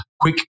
quick